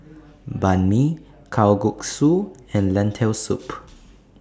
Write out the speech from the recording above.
Banh MI Kalguksu and Lentil Soup